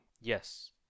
yes